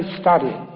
study